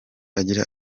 agira